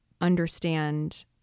understand